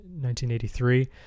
1983